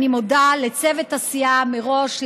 אני מודה לצוות הסיעה מראש,